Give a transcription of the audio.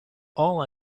all